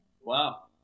Wow